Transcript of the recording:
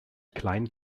kleinen